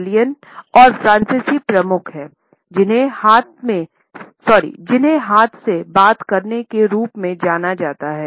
Italians और फ्रांसीसी प्रमुख हैं जिन्हें हाथ से बात करने के रूप में जाना जाता है